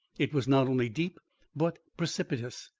it was not only deep but precipitous,